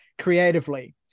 creatively